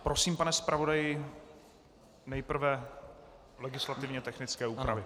Prosím, pane zpravodaji, nejprve legislativně technické úpravy.